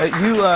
ah you